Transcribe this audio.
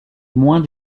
moins